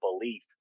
belief